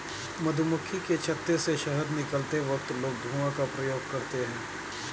मधुमक्खी के छत्ते से शहद निकलते वक्त लोग धुआं का प्रयोग करते हैं